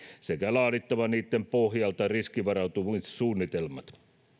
sekä laadittava niitten pohjalta riskivarautumissuunnitelmat